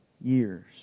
years